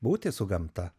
būti su gamta